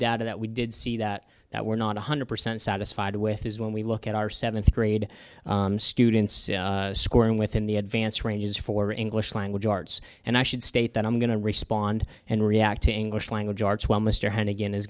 data that we did see that that we're not one hundred percent satisfied with is when we look at our seventh grade students scoring within the advanced ranges for english language arts and i should state that i'm going to respond and react to english language arts while mr hannigan is